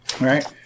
right